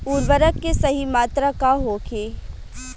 उर्वरक के सही मात्रा का होखे?